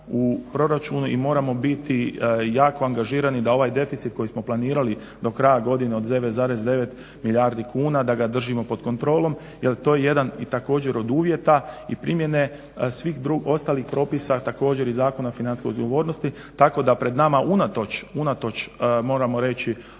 u proračunu i moramo biti jako angažirani da ovaj deficit koji smo planirali do kraja godine od 9,9 milijardi kuna da ga držimo pod kontrolom jer to je jedan i također od uvjeta i primjene svih ostalih propisa, također i Zakona o financijskoj odgovornosti. Tako da pred nama unatoč moramo reći